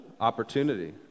opportunity